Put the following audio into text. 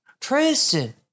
Tristan